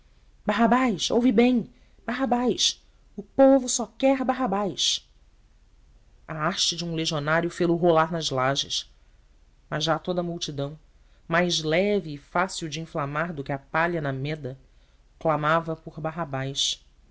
barrabás ouve bem barrabás o povo só quer barrabás a haste de um legionário fê-lo rolar nas lajes mas já toda a multidão mais leve e fácil de inflamar do que a palha na meda clamava por barrabás